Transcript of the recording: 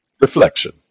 Reflection